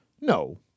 No